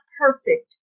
perfect